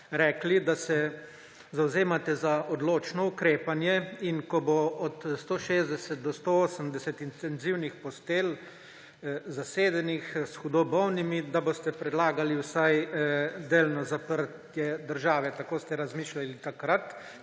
rekli, da se zavzemate za odločno ukrepanje in ko bo od 160 do 180 intenzivnih postelj zasedenih s hudo bolnimi, da boste predlagali vsaj delno zaprtje države − tako ste razmišljali takrat